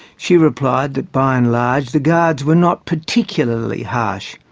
she replied that by-and-large the guards were not particularly harsh,